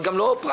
אבל גם לא פרקטי.